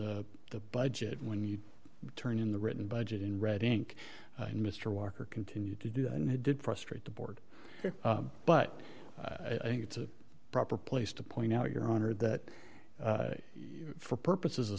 the the budget when you turn in the written budget in red ink and mr walker continued to do that and he did frustrate the board but i think it's a proper place to point out your honor that for purposes a